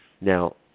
Now